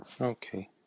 Okay